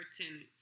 tenants